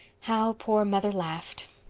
how poor mother laughed!